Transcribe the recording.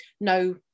no